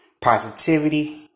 positivity